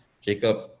Jacob